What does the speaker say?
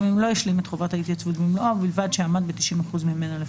גם אם לא השלים את חובת ההתייצבות במלואה ובלבד שעמד ב-90% ממנה לפחות.